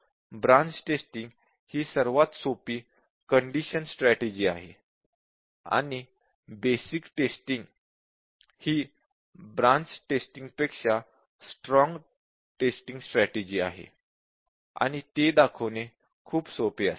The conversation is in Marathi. ब्रांच टेस्टिंग ही सर्वात सोपी कंडिशन स्ट्रॅटेजि आहे आणि बेसिक कंडिशन ही ब्रांच टेस्टिंग पेक्षा स्ट्रॉंग टेस्टिंग स्ट्रॅटेजि आहे आणि ते दाखवणे खूप सोपे असेल